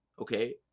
okay